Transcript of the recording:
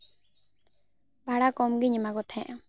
ᱵᱷᱟᱲᱟ ᱠᱚᱢ ᱜᱤᱧ ᱮᱢᱟ ᱠᱚ ᱛᱟᱦᱮᱸᱜᱼᱟ